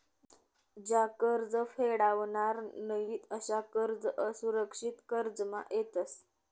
ज्या कर्ज फेडावनार नयीत अशा कर्ज असुरक्षित कर्जमा येतस